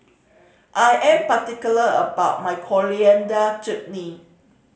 I am particular about my Coriander Chutney